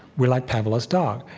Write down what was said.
we're like pavlov's dog.